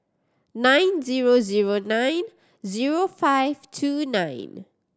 nine zero zero nine zero five two nine